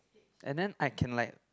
and then I can like